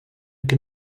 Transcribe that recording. que